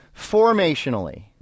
formationally